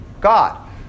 God